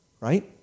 Right